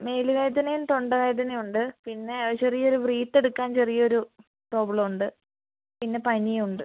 മേല് വേദനയും തൊണ്ട വേദനയും ഉണ്ട് പിന്നെ ചെറിയൊരു ബ്രീത്ത് എടുക്കാൻ ചെറിയൊരു പ്രോബ്ലെം ഉണ്ട് പിന്നെ പനിയും ഉണ്ട്